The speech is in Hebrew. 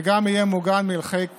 וגם יהיה מוגן מהליכי גבייה.